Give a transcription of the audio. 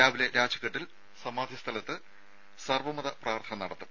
രാവിലെ രാജ്ഘട്ടിൽ സമാധി സ്ഥലത്ത് സർവ്വമത പ്രാർത്ഥന നടത്തും